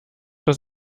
das